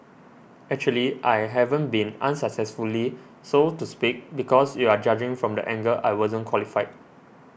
actually I haven't been unsuccessfully so to speak because you are judging from the angle I wasn't qualified